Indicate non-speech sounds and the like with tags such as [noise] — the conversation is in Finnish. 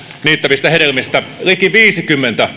niittävistä hedelmistä liki viisikymmentä [unintelligible]